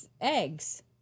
eggs